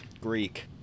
Greek